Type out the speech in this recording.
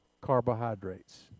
carbohydrates